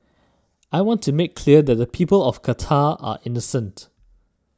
I want to make clear that the people of Qatar are innocent